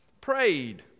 prayed